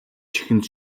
чихэнд